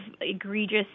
egregious